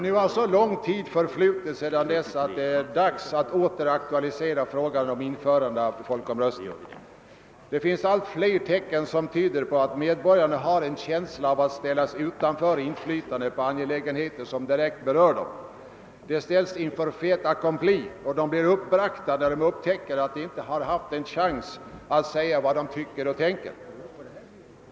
Nu har så lång tid förflutit sedan dess att det är dags att åter aktualisera frågan om införande :'av folkomröstning: Det finns allt fler tecken :som tyder på att medborgarna har en känsla av att hållas utanför inflytandet på angelägenheter som direkt berör dem. De ställs inför fait accompli, och de blir uppbragta när de upptäcker att de inte har haft en chans att säga vad de tycker och tänker.